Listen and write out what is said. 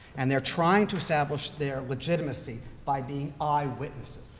and they're trying to establish their legitimacy by being eyewitnesses.